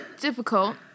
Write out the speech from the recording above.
difficult